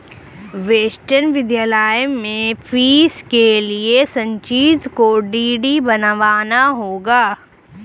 Boston विश्वविद्यालय में fees के लिए संचित को डी.डी बनवाना होगा